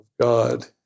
God